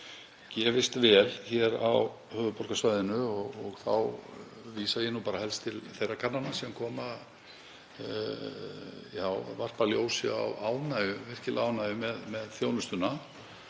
gefist vel hér á höfuðborgarsvæðinu, og þá vísa ég helst til kannana sem varpa ljósi á ánægju, virkilega ánægju með þjónustuna.